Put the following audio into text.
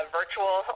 virtual